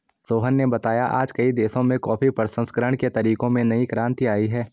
सोहन ने बताया आज कई देशों में कॉफी प्रसंस्करण के तरीकों में नई क्रांति आई है